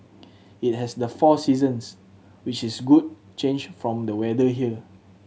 it has the four seasons which is a good change from the weather here